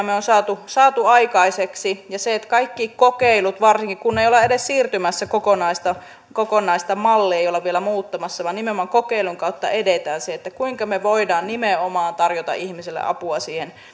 me olemme saaneet aikaiseksi kaikki kokeilut varsinkin kun ei olla edes siirtymässä kokonaista kokonaista mallia ei olla vielä muuttamassa vaan nimenomaan kokeilun kautta edetään siinä kuinka me voimme nimenomaan tarjota ihmiselle apua siihen